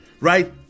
right